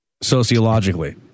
sociologically